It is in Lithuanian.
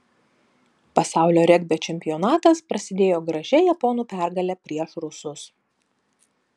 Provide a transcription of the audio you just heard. pasaulio regbio čempionatas prasidėjo gražia japonų pergale prieš rusus